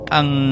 ang